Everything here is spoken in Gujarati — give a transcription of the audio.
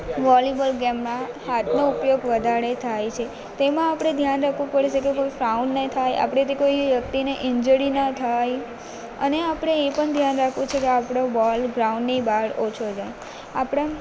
વોલીબોલ ગેમમાં હાથનો ઉપયોગ વધારે થાય છે તેમાં આપણે ધ્યાન રાખવું પડે છે કે કોઈ ફાઉલ નહીં થાય આપણાંથી કોઈ વ્યક્તિને ઇન્જડી ના થાય અને આપણે એ પણ ધ્યાન રાખવું છે કે આપણો બોલ ગ્રાઉન્ડની બહાર ઓછો જાય આપણા